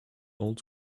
old